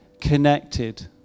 connected